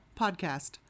podcast